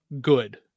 good